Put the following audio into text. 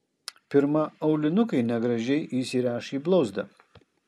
pirma aulinukai negražiai įsiręš į blauzdą